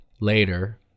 Later